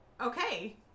Okay